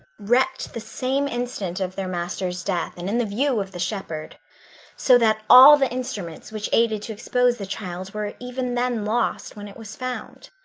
wrecked the same instant of their master's death, and in the view of the shepherd so that all the instruments which aided to expose the child were even then lost when it was found.